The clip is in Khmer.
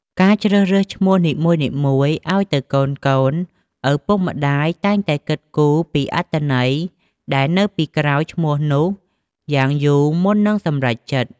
ការជ្រើសរើសឈ្មោះនីមួយៗអោយទៅកូនៗ ឪពុកម្តាយតែងតែគិតគូរពីអត្ថន័យដែលនៅពីក្រោយឈ្មោះនោះយ៉ាងយូរមុននឹងសម្រេចចិត្ត។